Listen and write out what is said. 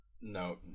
No